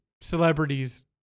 celebrities